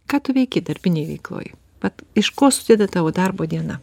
ką tu veiki darbinėj veikloj vat iš ko susideda tavo darbo diena